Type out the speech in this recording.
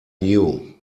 new